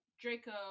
Draco